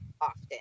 often